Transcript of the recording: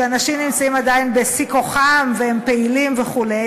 כשאנשים נמצאים עדיין בשיא כוחם והם פעילים וכו',